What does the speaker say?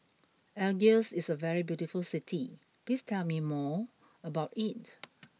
Algiers is a very beautiful city please tell me more about it